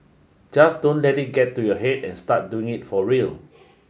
just don't let it get to your head and start doing it for real